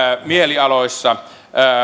mielialoissa